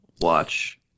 watch